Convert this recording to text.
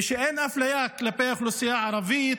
ושאין אפליה כלפי האוכלוסייה הערבית,